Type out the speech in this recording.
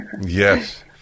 Yes